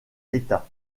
l’état